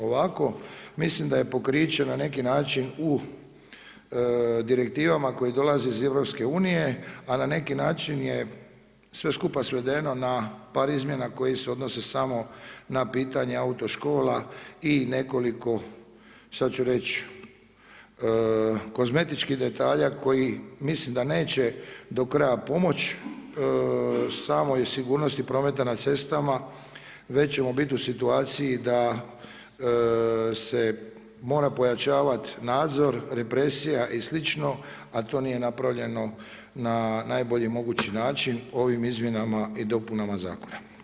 Ovako, mislim da je pokriće na neki način u direktivama koje dolaze iz EU, a na neki način je sve skupa svedeno na par izmjena koje se odnose samo na pitanje autoškola i nekoliko sad ću reći kozmetičkih detalja koji mislim da neće do kraja pomoći samo iz sigurnosti prometa na cestama već ćemo bit u situaciji da se mora pojačavat nadzor, represija i slično, a to nije napravljeno na najbolji mogući način ovim izmjenama i dopunama zakona.